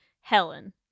Helen